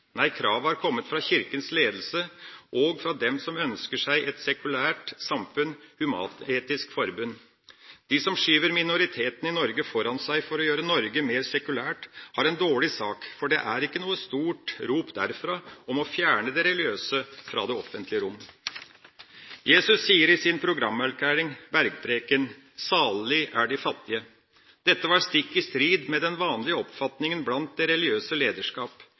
Nei, kravet har kommet fra Kirkas ledelse og fra dem som ønsker seg et sekulært samfunn, Human-Etisk Forbund. De som skyver minoritetene foran seg for å gjøre Norge mer sekulært, har en dårlig sak, for det er ikke noe stort rop derfra om å fjerne det religiøse fra det offentlige rom. Jesus sier i sin programerklæring, Bergprekenen: «Salig er de fattige». Dette var stikk i strid med den vanlige oppfatningen blant det religiøse